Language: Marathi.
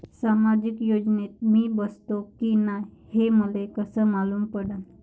सामाजिक योजनेत मी बसतो की नाय हे मले कस मालूम पडन?